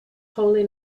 holy